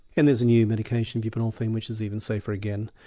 and there's a new medication, buprenorphine, which is even safer again.